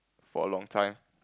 for a long time